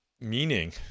meaning